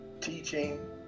teaching